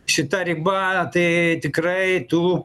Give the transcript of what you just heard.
šita riba tai tikrai tų